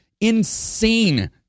Insane